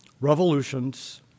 revolutions